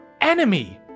enemy